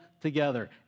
together